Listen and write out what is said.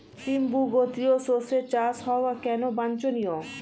সিম্বু গোত্রীয় শস্যের চাষ হওয়া কেন বাঞ্ছনীয়?